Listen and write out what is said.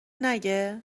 نگه